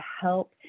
help